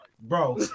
bro